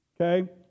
Okay